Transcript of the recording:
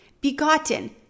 begotten